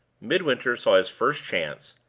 midwinter saw his first chance,